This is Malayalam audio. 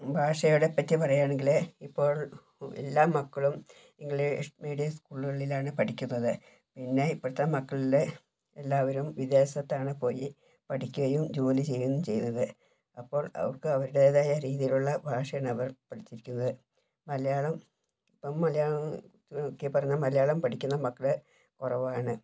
ഭാഷകളെ പറ്റി പറയുവാണെങ്കിൽ ഇപ്പോൾ എല്ലാ മക്കളും ഇംഗ്ലീഷ് മീഡിയം സ്കൂളുകളിലാണ് പഠിക്കുന്നത് പിന്നെ ഇപ്പോഴത്തെ മക്കൾലെ എല്ലാവരും വിദേശത്താണ് പോയി പഠിക്കുകയും ജോലി ചെയ്യുകയും ചെയ്യുന്നത് അപ്പോൾ അവർക്ക് അവരുടേതായ രീതിയിലുള്ള ഭാഷയാണ് അവർ പഠിച്ചിരിക്കുന്നത് മലയാളം ഇപ്പം മലയാളം ചുരുക്കി പറഞ്ഞാൽ മലയാളം പഠിക്കുന്ന മക്കൾ കുറവാണ്